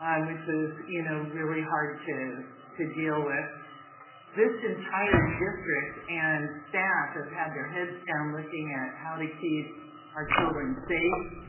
um which was you know really hard to to deal with this entire district and staff have had their heads down looking at how to keep our children safe.